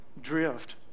drift